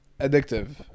Addictive